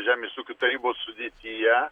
žemės ūkio tarybos sudėtyje